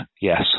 yes